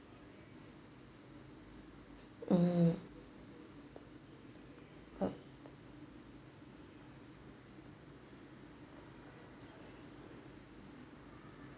mm oh